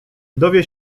dowie